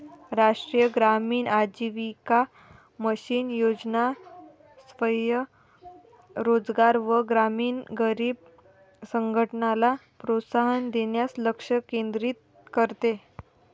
राष्ट्रीय ग्रामीण आजीविका मिशन योजना स्वयं रोजगार व ग्रामीण गरीब संघटनला प्रोत्साहन देण्यास लक्ष केंद्रित करते